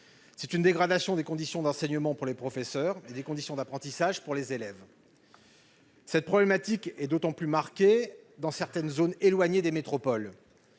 C'est une dégradation des conditions d'enseignement pour les professeurs et d'apprentissage pour les élèves. Cette problématique est d'autant plus marquée dans certaines zones éloignées des métropoles.